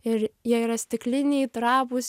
ir jie yra stikliniai trapūs